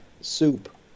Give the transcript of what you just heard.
Soup